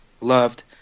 loved